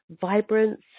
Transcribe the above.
vibrance